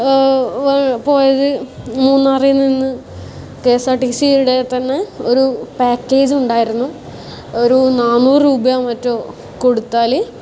പോയത് മൂന്നാറിൽ നിന്ന് കെ എസ് ആർ ടി സിയുടെ തന്നെ ഒരു പാക്കേജ് ഉണ്ടായിരുന്നു ഒരു നാന്നൂറ് രൂപയോ മറ്റോ കൊടുത്താൽ